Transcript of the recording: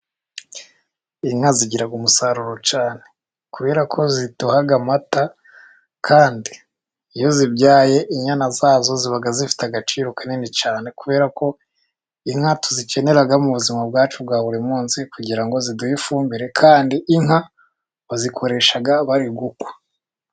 Inka zigiraga umusaruro cyane, kubera ko ziduha amata, kandi iyo zibyaye inyana zazo ziba zifite agaciro kanini cyane, kubera ko inka tuzikenera mu buzima bwacu bwa buri munsi, kugira ngo ziduhe ifumbire kandi inka bazikoresha bari gukwa.